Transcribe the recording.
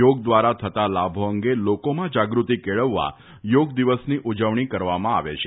યોગ દ્વારા થતા લાભો અંગે લોકોમાં જાગૃતી કેળવવા થોગ દિવસની ઉજવણી કરવામાં આવે છે